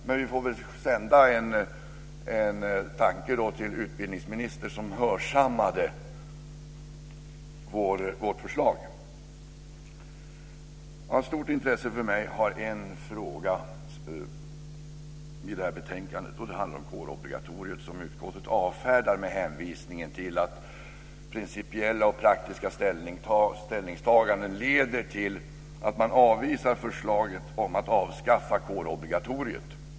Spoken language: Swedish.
Men vi sänder en tanke till utbildningsministern som hörsammade vårt förslag. Det är en fråga i det här betänkandet som är av stort intresse för mig, och den handlar om kårobligatoriet. Med hänvisning till principiella och praktiska ställningstaganden avvisar man förslaget om att avskaffa kårobligatoriet.